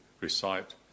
recite